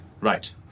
Right